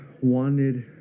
wanted